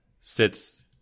sits